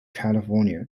california